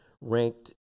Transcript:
ranked